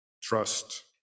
trust